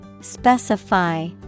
Specify